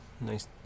nice